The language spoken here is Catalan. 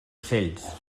ocells